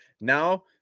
now